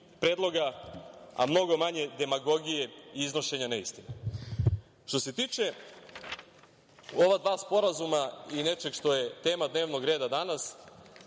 a mnogo manje demagogije i iznošenja neistina. Što se tiče ova dva sporazuma i nečega što je tema dnevnog reda danas,